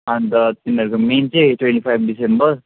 अनि त तिनीहरूको मेन चाहिँ ट्वेन्टी फाइभ डिसेम्बर